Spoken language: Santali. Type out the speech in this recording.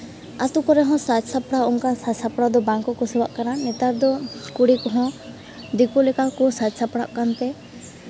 ᱟᱹᱛᱩ ᱠᱚᱨᱮᱦᱚᱸ ᱥᱟᱡᱽ ᱥᱟᱯᱲᱟᱣ ᱚᱱᱠᱟ ᱥᱟᱡᱽ ᱥᱟᱯᱲᱟᱣ ᱫᱚ ᱵᱟᱝ ᱠᱚ ᱠᱩᱥᱤᱭᱟᱜ ᱠᱟᱱᱟ ᱱᱮᱛᱟᱨ ᱫᱚ ᱠᱩᱲᱤ ᱠᱚᱦᱚᱸ ᱫᱤᱠᱩ ᱞᱮᱠᱟ ᱠᱚ ᱥᱟᱡᱽ ᱥᱟᱯᱲᱟᱜ ᱠᱟᱱᱛᱮ